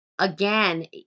Again